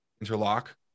interlock